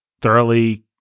thoroughly